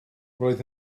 roedd